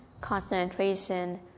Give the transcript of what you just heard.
concentration